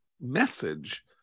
message